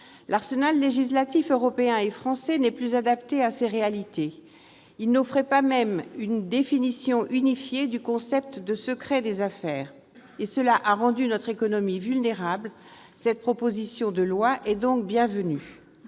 L'arsenal législatif européen et français n'est plus adapté à ces réalités. Il n'offrait pas même une définition unifiée du concept de secret des affaires, et cela a rendu notre économie vulnérable. Cette proposition de loi est donc bienvenue.